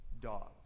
dogs